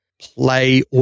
play